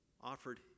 offered